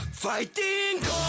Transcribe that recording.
Fighting